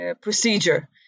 procedure